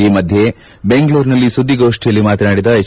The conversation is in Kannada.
ಈ ಮಧ್ಯ ಬೆಂಗಳೂರಿನಲ್ಲಿ ಸುದ್ದಿಗೋಷ್ಠಿಯಲ್ಲಿ ಮಾತನಾಡಿದ ಎಚ್